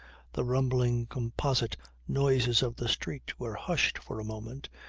the rumbling, composite noises of the street were hushed for a moment,